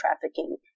trafficking